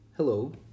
Hello